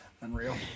Unreal